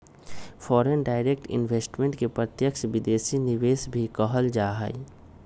foreign direct investment के प्रत्यक्ष विदेशी निवेश भी कहल जा हई